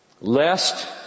lest